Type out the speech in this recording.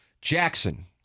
Jackson